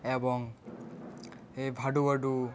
এবং এ ভাডুভাডু